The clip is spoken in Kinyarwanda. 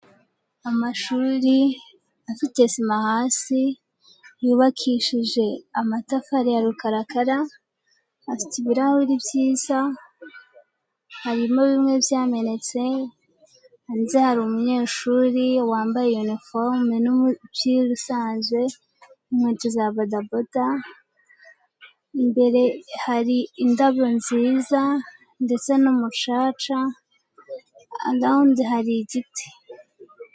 Amashuri afite sima hasi yubakishije amatafari ya rukarakara, afite ibirahuri byiza, harimo bimwe byamenetse, hanze hari umunyeshuri wambaye yuniforume n'umupira usanzwe n'inkweto za bodaboda, imbere hari indabo nziza ndetse n'umucaca, ahandi hari igiti.